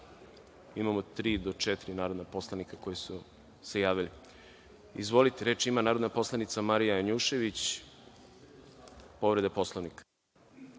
imamo tri, do četiri narodna poslanika koji su se javili. Reč ima narodna poslanica Marija Janjušević, povreda Poslovnika.